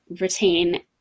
retain